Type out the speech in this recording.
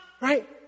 Right